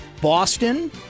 Boston